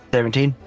Seventeen